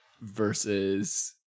versus